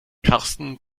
karsten